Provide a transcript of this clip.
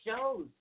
shows